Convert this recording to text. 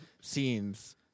scenes